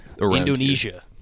Indonesia